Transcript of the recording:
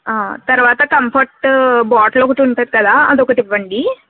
తర్వాత comfort bottle ఒకటుంటది కదా అదొకటివ్వండి